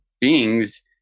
beings